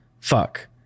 fuck